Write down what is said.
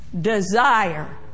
desire